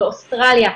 באוסטרליה,